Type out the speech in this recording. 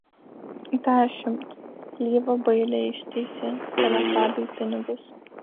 dešimt lyva bailiai ištiesė teletabiui pinigus